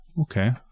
Okay